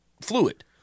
fluid